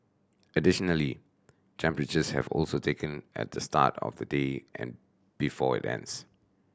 additionally temperatures have also taken at the start of the day and before it ends